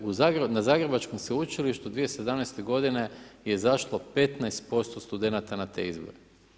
Na zagrebačkom sveučilištu 2017. g. je izašlo 15% studenata na te izbore.